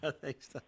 Thanks